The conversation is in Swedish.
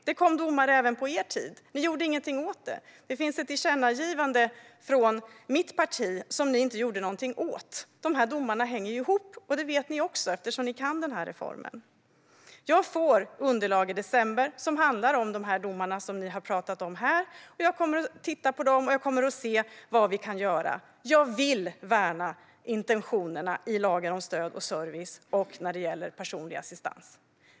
Det kom domar även på er tid. Ni gjorde ingenting åt det. Det finns ett tillkännagivande från mitt parti som ni inte gjorde någonting åt. De här domarna hänger ju ihop, och det vet ni också, eftersom ni kan den här reformen. Jag får underlag i december som handlar om de domar som ni har pratat om här. Jag kommer att titta på dem och se vad vi kan göra. Jag vill värna intentionerna i lagen om stöd och service och när det gäller personlig assistans.